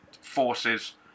forces